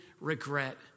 regret